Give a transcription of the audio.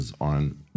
on